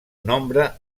nombre